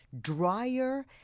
drier